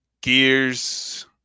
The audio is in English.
Gears